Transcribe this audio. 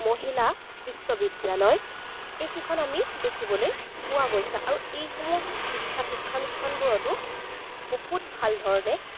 মহিলা বিশ্ববিদ্যালয় এইকেইখন আমি দেখিবলৈ পোৱা গৈছে আৰু এইসমূহ বিখ্যাত শিক্ষানুষ্ঠানবোৰতো বহুত ভাল ধৰণে